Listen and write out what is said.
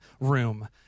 room